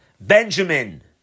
Benjamin